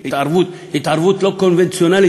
התערבות לא קונבנציונלית,